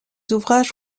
ouvrages